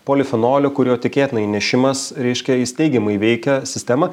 polifenolio kurio tikėtinai nešimas reiškia jis teigiamai veikia sistemą